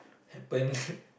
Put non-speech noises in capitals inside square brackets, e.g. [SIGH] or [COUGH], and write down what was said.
happen [BREATH]